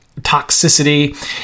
toxicity